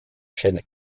chaîne